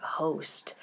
host